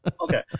okay